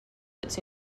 its